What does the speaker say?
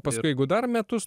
paskui jeigu dar metus